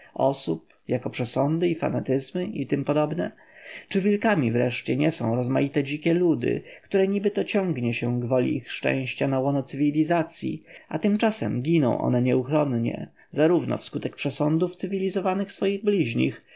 osób jako przesądy i fanatyzmy i t p czy wilkami wreszcie nie są rozmaite dzikie ludy które niby to ciągnie się gwoli ich szczęścia na łono cywilizacyi a tymczasem giną one nieuchronnie zarówno wskutek przesądów cywilizowanych swoich bliźnich